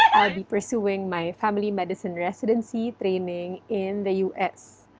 i'll be pursuing my family medicine residency training in the u s.